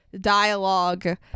dialogue